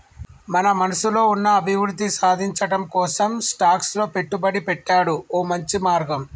మన మనసులో ఉన్న అభివృద్ధి సాధించటం కోసం స్టాక్స్ లో పెట్టుబడి పెట్టాడు ఓ మంచి మార్గం